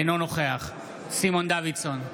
אינו נוכח סימון דוידסון,